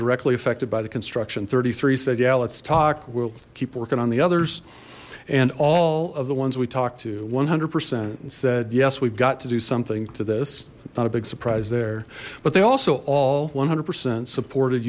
directly affected by the construction thirty three said yeah let's talk we'll keep working on the others and all of the ones we talked to one hundred percent and said yes we've got to do something to this not a big surprise there but they also all one hundred percent supported